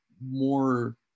more